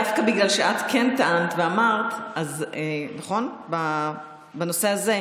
דווקא בגלל שאת כן טענת ואמרת בנושא הזה,